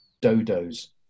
dodos